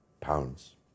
pounds